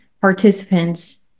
participants